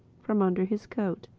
from under his coat.